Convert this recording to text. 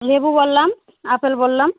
লেবু বললাম আপেল বললাম